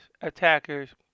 attackers